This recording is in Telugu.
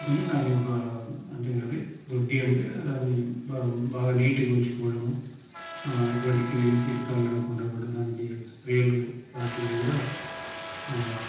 ముఖ్యంగా దాన్ని ఒక అంటే అదే దొడ్డి అంటే దాన్ని బా బాగా నీట్గా ఉంచుకోవడము ఎటువంటి క్రీమి కీటకాలు రాకుండా కూడా దానికి స్ప్రేలు ఇలాంటివి కూడా